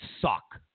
suck